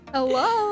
Hello